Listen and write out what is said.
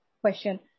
question